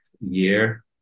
year